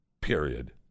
Period